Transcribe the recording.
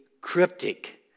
cryptic